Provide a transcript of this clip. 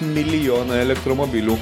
milijoną elektromobilių